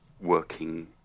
working